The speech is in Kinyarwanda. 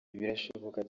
birashoboka